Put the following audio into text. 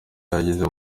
yagiye